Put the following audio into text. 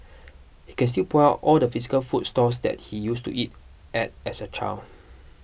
he can still point all the physical food stalls that he used to eat at as a child